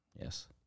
Yes